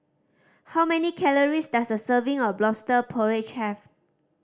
how many calories does a serving of Lobster Porridge have